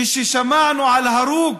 כששמענו על הרוג